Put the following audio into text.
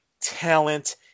talent